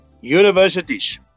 universities